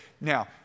Now